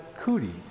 cooties